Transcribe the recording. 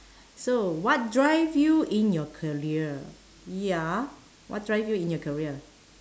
so what drive you in your career ya what drive you in your career